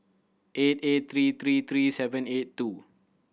eight eight three three three seven eight two